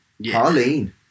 Harleen